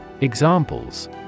Examples